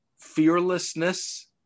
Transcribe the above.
fearlessness